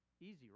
Easy